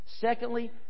Secondly